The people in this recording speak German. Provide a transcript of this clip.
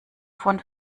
von